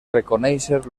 reconèixer